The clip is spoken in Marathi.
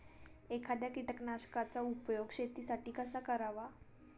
एखाद्या कीटकनाशकांचा उपयोग शेतीसाठी कसा करावा?